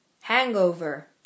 Hangover